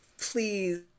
please